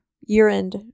year-end